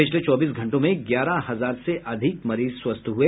पिछले चौबीस घंटों में ग्यारह हजार से अधिक मरीज स्वस्थ हुए